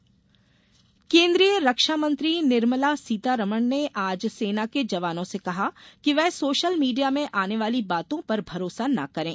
रक्षामंत्री केन्द्रीय रक्षामंत्री निर्मला सीतारमन ने आज सेना के जवानों से कहा कि वे सोशल मीडिया में आने वाली बातों पर भरोसा न करे